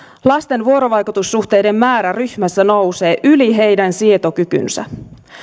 lasten vuorovaikutussuhteiden määrä ryhmässä nousee yli heidän sietokykynsä